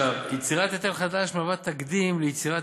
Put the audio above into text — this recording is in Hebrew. יצירת היטל חדש מהווה תקדים ליצירת